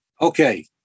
Okay